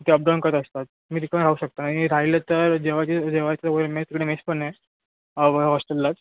ते अपडाऊन करत असतात तुम्ही तिकडून राहू शकतात आणि राहिलं तर जेवाचे जेवायचं वगैरे मेच इकडे मेश ण नाही ब हॉस्टेललाच